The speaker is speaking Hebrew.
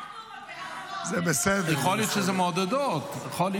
אנחנו מעודדות את השר.